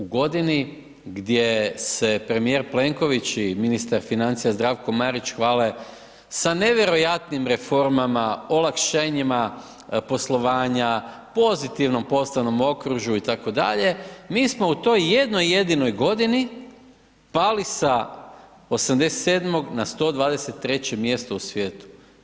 U godini gdje se premijer Plenković i ministar financija Zdravko Marić hvale sa nevjerojatnim reformama, olakšanjima poslovanja, pozitivnom poslovnom okružju itd., mi smo u toj jednoj jedinoj godini pali sa 87 na 123 mjesto u svijetu.